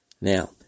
Now